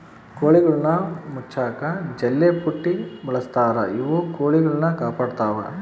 ಕೋಳಿಗುಳ್ನ ಮುಚ್ಚಕ ಜಲ್ಲೆಪುಟ್ಟಿ ಬಳಸ್ತಾರ ಇವು ಕೊಳಿಗುಳ್ನ ಕಾಪಾಡತ್ವ